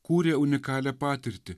kūrė unikalią patirtį